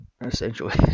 essentially